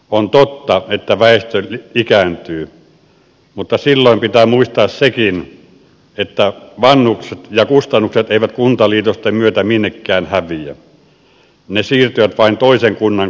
on totta että väestö ikääntyy mutta silloin pitää muistaa sekin että vanhukset ja kustannukset eivät kuntaliitosten myötä minnekään häviä ne vain siirtyvät toisen kunnan kontolle